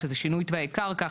שזה שינוי תוואי קרקע,